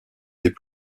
des